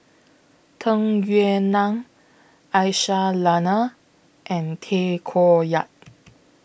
Tung Yue Nang Aisyah Lyana and Tay Koh Yat